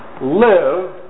live